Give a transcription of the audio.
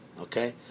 okay